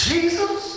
Jesus